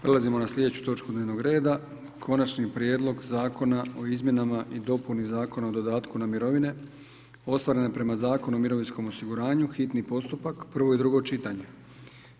Prelazimo na sljedeću točku dnevnog reda: - Konačni prijedlog Zakona o izmjenama i dopuni Zakona o dodatku na mirovine ostvarene prema Zakonu o mirovinskom osiguranju, hitni postupak, prvo i drugo čitanje, P.Z. broj 195.